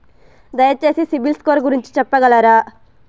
దయచేసి CIBIL score గురించి చెప్పగలరా?